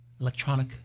electronic